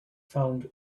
found